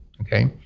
Okay